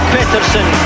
Peterson